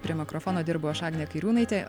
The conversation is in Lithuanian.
prie mikrofono dirbu aš agnė kairiūnaitė